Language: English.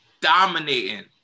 Dominating